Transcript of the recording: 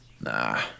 Nah